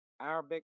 Arabic